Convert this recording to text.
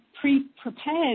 pre-prepared